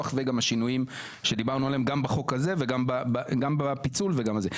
על השינויים שדברנו עליהם גם בפיצול וגם בחוק הזה.